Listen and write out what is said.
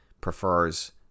prefers